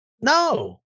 No